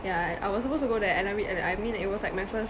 yeah I was supposed to go there and I mean and I mean it was like my first